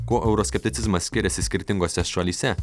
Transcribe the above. kuo euroskepticizmas skiriasi skirtingose šalyse